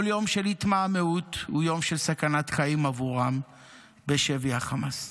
כל יום של התמהמהות הוא יום של סכנת חיים עבורם בשבי החמאס.